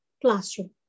classroom